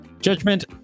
Judgment